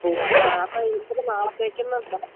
ആ ആ അപ്പം ഇത്തിരി നാളത്തേക്ക് എന്നുണ്ട്